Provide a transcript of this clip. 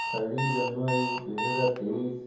চাৰি জানুৱাৰী দুহেজাৰ তেইছ